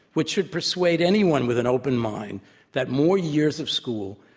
which should persuade anyone with an open mind that more years of school,